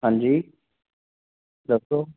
ਹਾਂਜੀ ਦੱਸੋ